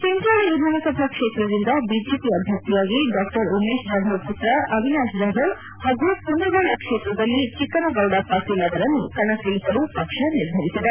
ಚಿಂಚೋಳಿ ವಿಧಾನಸಭಾ ಕ್ಷೇತ್ರದಿಂದ ಬಿಜೆಪಿ ಅಭ್ಯರ್ಥಿಯಾಗಿ ಡಾ ಉಮೇಶ್ ಜಾಧವ್ ಪುತ್ರ ಅವಿನಾಶ್ ಜಾಧವ್ ಹಾಗೂ ಕುಂದಗೋಳ ಕ್ಷೇತ್ರದಲ್ಲಿ ಚಿಕ್ಕನಗೌದ ಪಾಟೀಲ್ ಅವರನ್ನು ಕಣಕ್ಕಿಳಿಸಲು ಪಕ್ಷ ನಿರ್ಧರಿಸಿದೆ